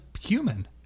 human